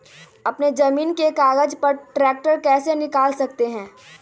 अपने जमीन के कागज पर ट्रैक्टर कैसे निकाल सकते है?